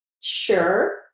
Sure